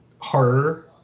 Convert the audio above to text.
harder